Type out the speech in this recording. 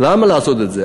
למה לעשות את זה?